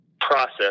process